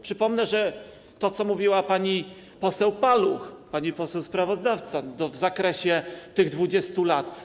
Przypomnę to, co mówiła pani poseł Paluch, pani poseł sprawozdawca, w zakresie tych 20 lat.